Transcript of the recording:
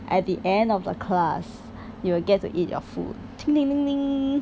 at the end of the class you will get to eat your food